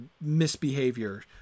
misbehavior